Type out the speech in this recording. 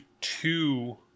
two